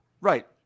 right